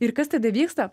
ir kas tada vyksta